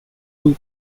two